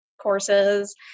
courses